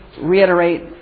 reiterate